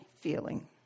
feeling